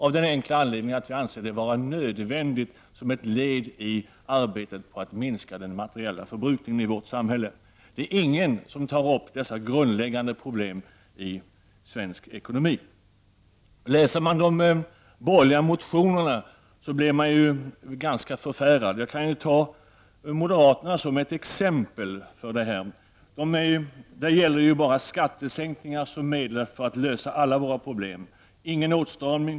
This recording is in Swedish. Den enkla anledningen till detta är att vi ser det vara nödvändigt som ett led i arbetet på att minska den materiella förbrukningen i vårt samhålle. Inga andra tar upp dessa grundläggande problem i svensk ekonomi. Läser man de borgerliga motionerna blir man ganska förfärad. Jag kan ta moderaternas motioner som exempel i detta sammanhang. De anvisar skattesänkningar som medel för att lösa alla våra problem, men ingen åtstramning.